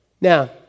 Now